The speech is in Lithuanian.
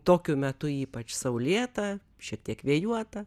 tokiu metu ypač saulėta šiek tiek vėjuota